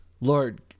Lord